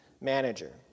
manager